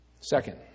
Second